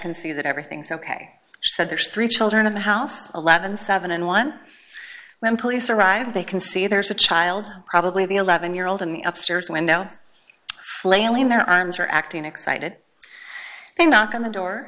and see that everything's ok said there's three children of the house eleven thousand and one when police arrived they can see there's a child probably the eleven year old and upstairs window flailing their arms are acting excited they knock on the door